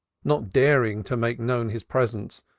not daring to make known his presence,